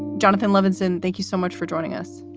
jonathan levinson, thank you so much for joining us.